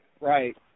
Right